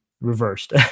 reversed